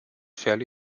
fairly